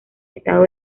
estado